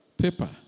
Paper